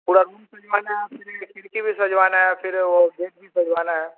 पूरा रूम सजवाना है फिर खिड़की भी सजवाना है फिर वो बेड भी सजवाना है